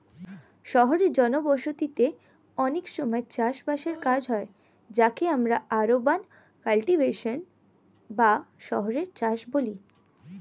শহুরে জনবসতিতে অনেক সময় চাষ বাসের কাজ হয় যাকে আমরা আরবান কাল্টিভেশন বা শহুরে চাষ বলি